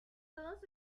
todos